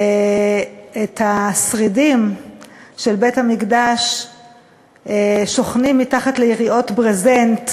את השרידים של בית-המקדש שוכנים מתחת ליריעות ברזנט